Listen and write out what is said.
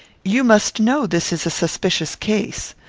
you must know this is a suspicious case.